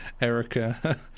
Erica